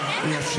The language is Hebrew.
היום, היום.